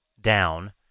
down